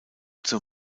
zur